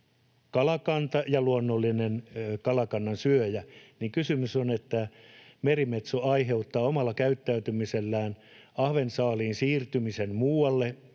Vaikka se on luonnollinen kalakannan syöjä, niin kysymys on siitä, että merimetso aiheuttaa omalla käyttäytymisellään ahvensaaliin siirtymisen muualle